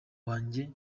wanjye